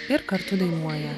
ir kartu dainuoja